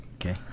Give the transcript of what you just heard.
Okay